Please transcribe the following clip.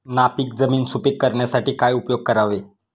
नापीक जमीन सुपीक करण्यासाठी काय उपयोग करावे?